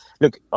look